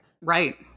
Right